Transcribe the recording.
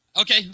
Okay